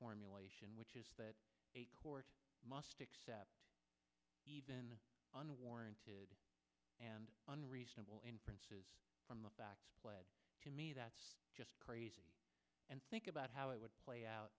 formulation which is that a court must accept unwarranted and unreasonable inferences from the facts to me that's just crazy and think about how it would play out